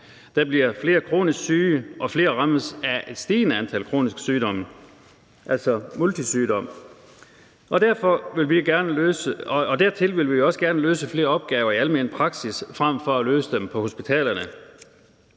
Der bliver flere kronisk syge, og et stigende antal patienter rammes af flere kroniske sygdomme, altså multisygdomme. Der vil vi også gerne have løst flere opgaver i den almene praksis, frem for at de bliver løst på hospitalerne.